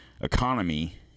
economy